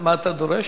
מה אתה דורש?